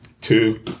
two